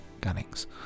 Gunnings